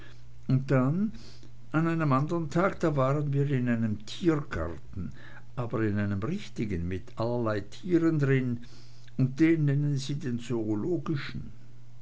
und dann an einem andern tag da waren wir in einem tiergarten aber in einem richtigen mit allerlei tieren drin und den nennen sie den